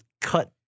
cut